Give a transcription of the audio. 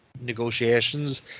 negotiations